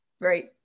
Right